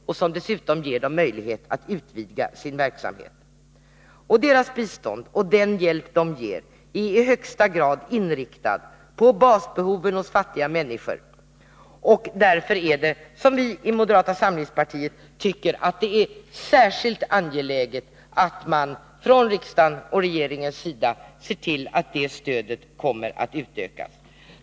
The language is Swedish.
Dessutom ger det dem möjlighet att utvidga sin verksamhet. Den hjälp de ger är i högsta grad inriktad på basbehoven hos fattiga människor. Därför tycker vi inom moderata samlingspartiet att det är särskilt angeläget att regeringen och riksdagen ser till att det stödet utökas.